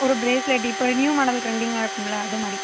ஒரு ப்ரேஸ்லெட் இப்போ new model ட்ரெண்டிங்கா இருக்கும்லை அதுமாதிரி